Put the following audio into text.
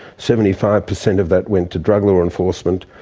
seventy-five per cent of that went to drug law enforcement,